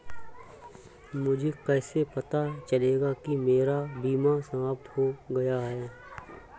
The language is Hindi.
मुझे कैसे पता चलेगा कि मेरा बीमा समाप्त हो गया है?